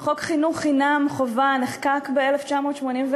כנסת נכבדה, חוק חינוך חינם חובה נחקק ב-1984.